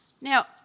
Now